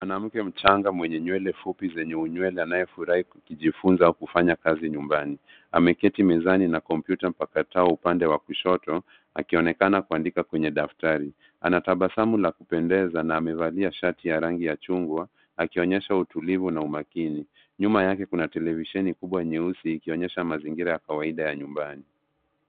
Mwanamke mchanga mwenye nywele fupi zenye unywele anayefurahi akijifunza kufanya kazi nyumbani .Ameketi mezani na kompyuta mpakato upande wa kushoto akionekana kuandika kwenya daftari. Ana tabasamu la kupendeza na amevalia shati ya rangi ya chungwa akionyesha utulivu na umakini. Nyuma yake kuna televisheni kubwa nyeusi ikionyesha mazingira ya kawaida ya nyumbani.